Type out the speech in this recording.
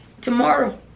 tomorrow